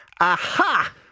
Aha